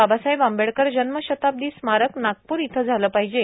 बाबासाहेब आंबेडकर जन्म शताब्यी स्मारक नागपूर इथं झालं पाहिजे